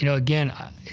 you know again, i